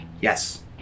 Yes